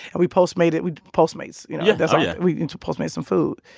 and we postmated we postmates, you know? yeah. oh, yeah we postmates some food.